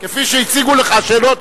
כפי שהציגו לך שאלות,